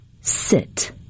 Sit